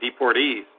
deportees